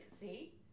See